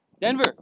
Denver